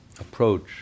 approach